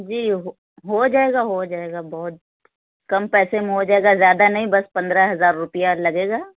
جی ہو ہو جائے گا ہو جائے گا بہت کم پیسے میں ہو جائے گا زیادہ نہیں بس پندرہ ہزار روپیہ لگے گا